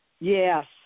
Yes